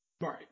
Right